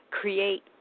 create